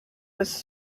was